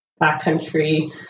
backcountry